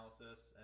analysis